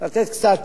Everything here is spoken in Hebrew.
לתת קצת